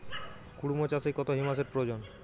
কুড়মো চাষে কত হিউমাসের প্রয়োজন?